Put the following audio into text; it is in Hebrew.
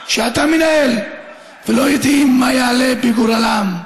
שאתה מנהל ולא יודעים מה יעלה בגורלם.